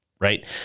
right